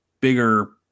bigger